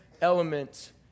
elements